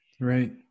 Right